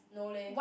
no leh